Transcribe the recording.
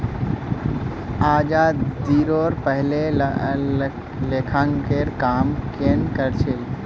आज़ादीरोर पहले लेखांकनेर काम केन न कर छिल की